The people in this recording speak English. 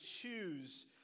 choose